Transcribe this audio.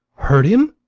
hurt him!